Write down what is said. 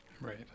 Right